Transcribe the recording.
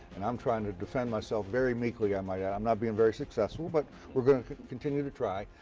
and i'm trying to defend myself, very meekly i might add. i'm not being very successful, but we're going to continue to try.